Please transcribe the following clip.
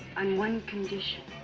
on one condition